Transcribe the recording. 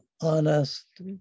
honest